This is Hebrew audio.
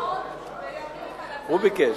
שעות וימים על הצעת החוק,